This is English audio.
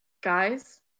guys